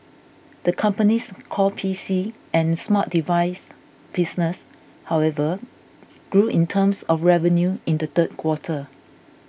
the company's core P C and smart device business however grew in terms of revenue in the third quarter